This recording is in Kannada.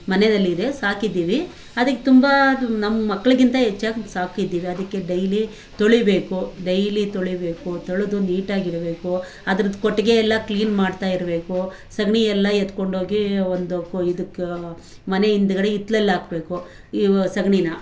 ಮನೆಯಲ್ಲಿದೆ ಸಾಕಿದ್ದೀವಿ ಅದಕ್ಕೆ ತುಂಬ ನಮ್ಮ ಮಕ್ಕಳಿಗಿಂತ ಹೆಚ್ಚಾಗ್ ಸಾಕಿದೀವಿ ಅದಕ್ಕೆ ಡೈಲಿ ತೊಳಿಬೇಕು ಡೈಲಿ ತೊಳಿಬೇಕು ತೊಳೆದು ನೀಟಾಗಿರಬೇಕು ಅದ್ರದ್ದು ಕೊಟ್ಟಿಗೆ ಎಲ್ಲ ಕ್ಲೀನ್ ಮಾಡ್ತಾಯಿರಬೇಕು ಸಗಣಿ ಎಲ್ಲ ಎತ್ಕೊಂಡೋಗಿ ಒಂದು ಇದಕ್ಕೆ ಮನೆ ಹಿಂದ್ಗಡೆ ಹಿತ್ಲಲ್ಲಾಕ್ಬೇಕು ಸಗಣಿನ